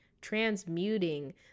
transmuting